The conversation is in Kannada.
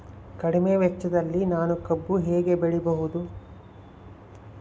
ಕಡಿಮೆ ವೆಚ್ಚದಲ್ಲಿ ನಾನು ಕಬ್ಬು ಹೇಗೆ ಬೆಳೆಯಬಹುದು?